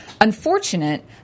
unfortunate